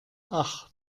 ach